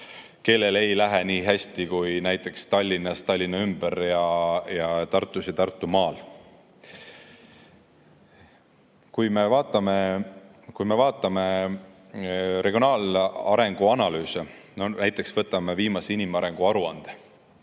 kellel ei lähe nii hästi kui Tallinnas ja Tallinna ümber ning Tartus ja Tartumaal. Kui me vaatame regionaalarengu analüüse, näiteks võtame viimase inimarengu aruande